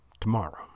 tomorrow